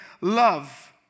love